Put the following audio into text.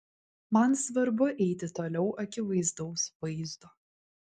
man svarbu eiti toliau akivaizdaus vaizdo